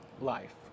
life